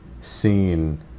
seen